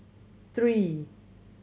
three